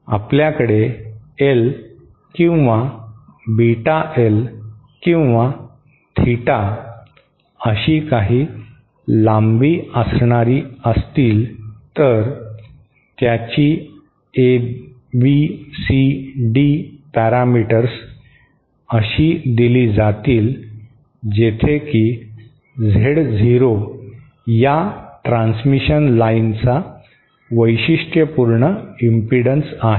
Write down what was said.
आपल्याकडे एल किंवा beta L किंवा थीटा अशी काही लांबी असणारी असतील तर त्याची एबीसीडी पॅरामीटर्स अशी दिली जातील जेथे की झेड झिरो या ट्रान्समिशन लाइनचा वैशिष्ट्यपूर्ण इम्पिडन्स आहे